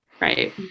Right